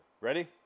Ready